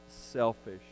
selfish